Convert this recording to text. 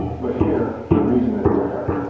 but here, the reason is different.